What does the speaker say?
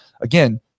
again